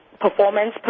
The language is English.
performance